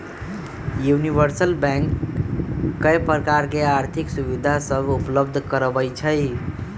universal bank कय प्रकार के आर्थिक सुविधा सभ उपलब्ध करबइ छइ